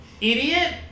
idiot